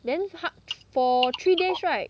then how for three days right